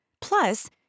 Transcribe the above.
Plus